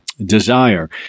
desire